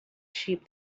sheep